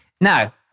Now